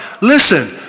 Listen